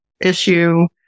issue